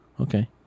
Okay